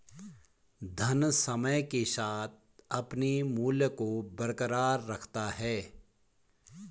धन समय के साथ अपने मूल्य को बरकरार रखता है